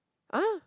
ah